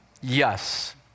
Yes